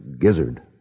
gizzard